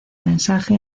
mensaje